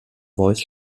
voice